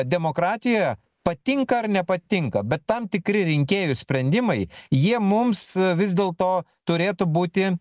demokratijoje patinka ar nepatinka bet tam tikri rinkėjų sprendimai jie mums vis dėlto turėtų būti